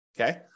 Okay